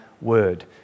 word